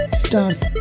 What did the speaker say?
stars